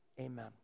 amen